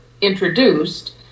introduced